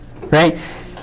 Right